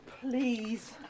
please